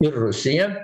ir rusija